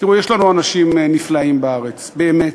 תראו, יש לנו אנשים נפלאים בארץ, באמת.